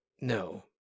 No